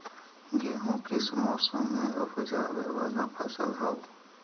गेहूं किस मौसम में ऊपजावे वाला फसल हउ?